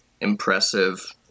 impressive